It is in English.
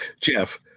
Jeff